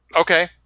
Okay